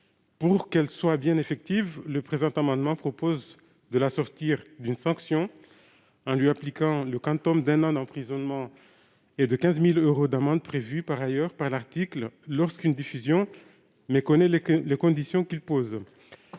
garantie soit effective, le présent amendement tend à l'assortir d'une sanction, en lui appliquant le quantum d'un an d'emprisonnement et de 15 000 euros d'amende, prévu par ailleurs par l'article, lorsqu'une diffusion méconnaît les conditions qu'il pose.